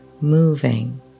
moving